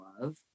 love